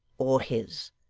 or his,